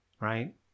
right